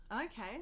Okay